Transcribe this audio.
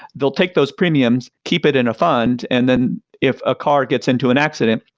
they'll take those premiums, keep it in a fund, and then if a car gets into an accident,